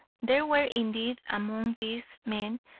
there were indeed among these, men,